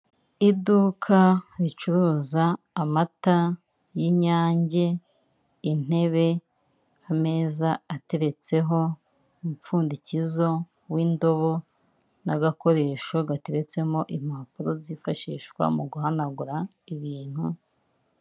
Iduka ricuruza amata y'inyange, intebe, ameza ateretseho umupfundikizo w'indobo n'agakoresho gateretsemo impapuro zifashishwa mu guhanagura ibintu.